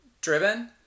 driven